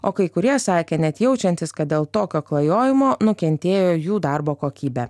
o kai kurie sakė net jaučiantys kad dėl tokio klajojimo nukentėjo jų darbo kokybė